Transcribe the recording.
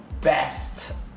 Best